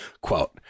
Quote